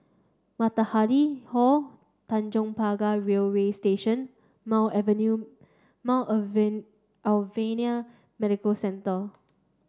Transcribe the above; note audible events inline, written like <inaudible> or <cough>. Matahari Hall Tanjong Pagar Railway Station Mount <unintelligible> Mount <unintelligible> Alvernia Medical Centre